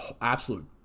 absolute